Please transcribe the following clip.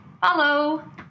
follow